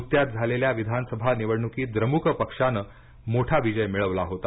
नुकत्याच झालेल्या विधानसभा निवडणुकीत द्रमुक पक्षानं मोठा विजय मिळवला होता